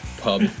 pub